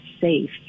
safe